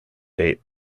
date